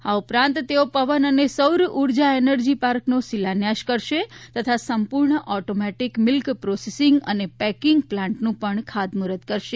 આ ઉપરાંત તેઓ પવન અને સૌર ઉર્જા એનર્જી પાર્કનો શિલાન્યાસ કરશે તથા સંપૂર્ણ ઓટોમોટીક મીલ્ક પ્રોસેસિંગ અને પેકિંગ પ્લાન્ટનું પણ ખાતમુહૂર્ત કરશે